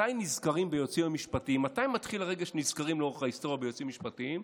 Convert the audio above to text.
מתי נזכרים ביועצים המשפטיים?